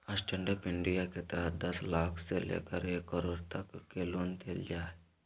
stand up India के तहत दस लाख से लेकर एक करोड़ तक के लोन देल जा हइ